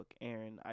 Aaron